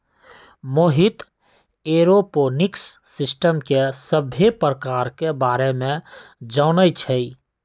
Mohit aeroponics system के सभ्भे परकार के बारे मे जानई छई